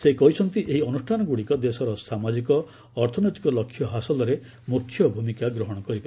ସେ କହିଛନ୍ତି ଏହି ଅନୁଷ୍ଠାନଗୁଡ଼ିକ ଦେଶର ସାମାଜିକ ଅର୍ଥନୈତିକ ଲକ୍ଷ୍ୟ ହାସଲରେ ମୁଖ୍ୟ ଭୂମିକା ଗ୍ରହଣ କରିବ